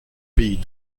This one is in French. pays